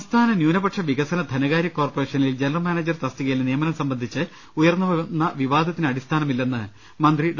സംസ്ഥാന ന്യൂനപക്ഷ വികസന ധനകാര്യ കോർപ്പറേഷനിൽ ജനറൽ മാനേജർ തസ്തികയിലെ നിയമനം സംബന്ധിച്ച് ഉയർന്നു വന്ന വിവാദ ത്തിന് അടിസ്ഥാനമില്ലെന്ന് മന്ത്രി ഡോ